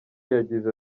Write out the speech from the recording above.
yagize